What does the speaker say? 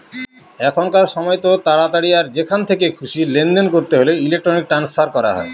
এখনকার সময়তো তাড়াতাড়ি আর যেখান থেকে খুশি লেনদেন করতে হলে ইলেক্ট্রনিক ট্রান্সফার করা হয়